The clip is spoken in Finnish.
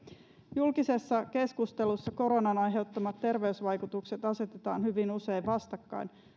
julkisessa keskustelussa koronan aiheuttamat terveysvaikutukset asetetaan hyvin usein vastakkain